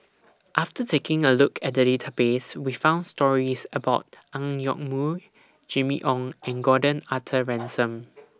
after taking A Look At The Database We found stories about Ang Yoke Mooi Jimmy Ong and Gordon Arthur Ransome